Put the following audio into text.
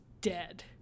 dead